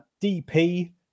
DP